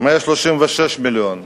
136 מיליון,